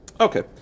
Okay